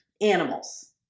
animals